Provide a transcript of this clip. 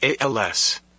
ALS